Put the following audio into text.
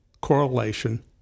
correlation